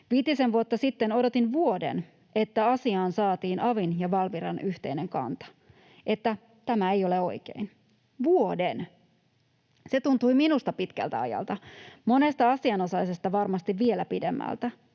Viitisen vuotta sitten odotin vuoden, että asiaan saatiin avin ja Valviran yhteinen kanta, että tämä ei ole oikein — vuoden! Se tuntui minusta pitkältä ajalta, monesta asianosaisesta varmasti vielä pidemmältä.